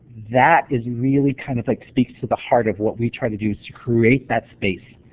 that is really kind of like speaks to the heart of what we try to do, is to create that space,